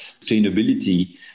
sustainability